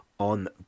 on